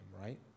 right